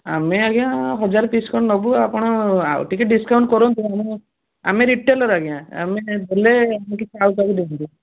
ଆମେ ଆଜ୍ଞା ହଜାର ପିସ୍ ଖଣ୍ଡେ ନେବୁ ଆପଣ ଆଉ ଟିକିଏ ଡିସ୍କାଉଣ୍ଟ୍ କରନ୍ତୁ ଆମେ ରିଟେଲର୍ ଆଜ୍ଞା ଆମେ ଦେଲେ ଆଉ କାହାକୁ ଦେବୁ ଯାଇ